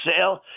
sale